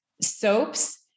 Soaps